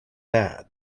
bad